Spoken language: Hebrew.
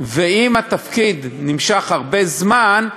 ואם התפקיד נמשך הרבה זמן,